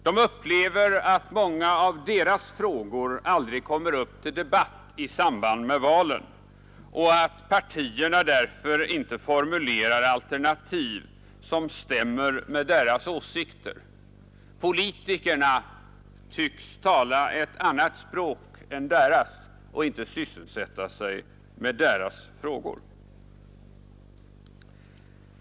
De upplever att många av deras frågor aldrig kommer upp till debatt i samband med valen och att partierna därför inte formulerar alternativ som stämmer med deras åsikter. Politikerna tycks tala ett annat språk än deras och inte sysselsätta sig med deras frågor.